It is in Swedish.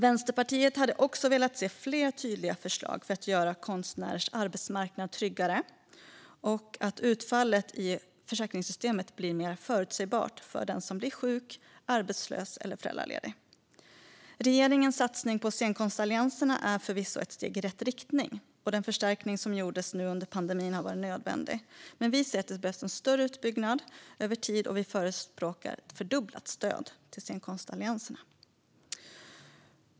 Vänsterpartiet hade också velat se fler tydliga förslag för att göra konstnärers arbetsmarknad tryggare och utfallet i försäkringssystemen mer förutsägbart för den som blir sjuk, arbetslös eller föräldraledig. Regeringens satsning på scenkonstallianserna är förvisso ett steg i rätt riktning, och den förstärkning som gjordes under pandemin har varit nödvändig. Men vi anser att det behövs en större utbyggnad över tid och förespråkar ett fördubblat stöd till scenkonstallianserna.